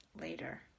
later